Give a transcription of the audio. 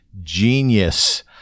Genius